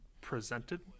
presented